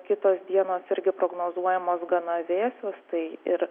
kitos dienos irgi prognozuojamos gana vėsios tai ir